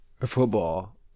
football